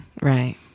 right